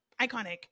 Iconic